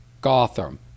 Gotham